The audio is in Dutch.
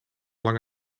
lang